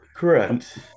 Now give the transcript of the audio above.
Correct